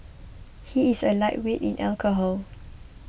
he is a lightweight in alcohol